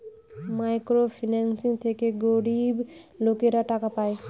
micro finance থেকে গরিব লোকেরা টাকা পায়